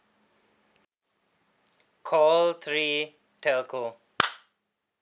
call three telco